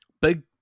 Big